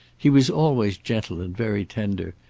he was always gentle and very tender,